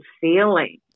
feeling